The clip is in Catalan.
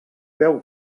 veu